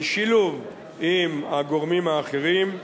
בשילוב עם הגורמים האחרים,